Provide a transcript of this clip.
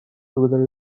together